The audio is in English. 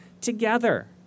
together